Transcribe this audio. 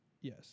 Yes